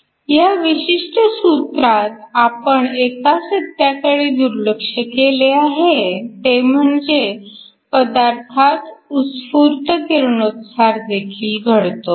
ह्या विशिष्ट सूत्रात आपण एका सत्याकडे दुर्लक्ष केले आहे ते म्हणजे पदार्थात उत्स्फूर्त किरणोत्सारदेखील घडतो